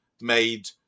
made